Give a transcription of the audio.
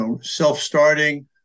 self-starting